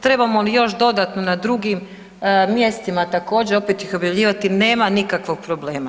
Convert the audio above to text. Trebamo li još dodatno na drugim mjestima također opet ih objavljivati, nema nikakvog problema.